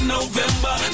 November